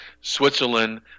Switzerland